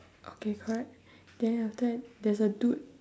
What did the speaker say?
okay correct then after that there's a dude